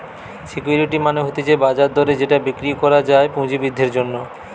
security মানে হতিছে বাজার দরে যেটা বিক্রি করা যায় পুঁজি বৃদ্ধির জন্যে